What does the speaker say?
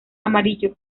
amarillo